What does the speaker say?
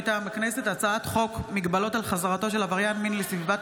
מטעם הכנסת: הצעת חוק מגבלות על חזרתו של עבריין מין לסביבת